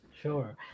Sure